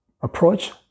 approach